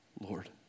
Lord